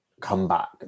comeback